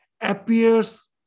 appears